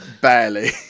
Barely